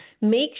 Make